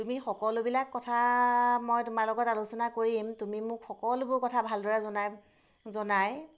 তুমি সকলোবিলাক কথা মই তোমাৰ লগত আলোচনা কৰিম তুমি মোক সকলোবোৰ কথা ভালদৰে জনাই জনাই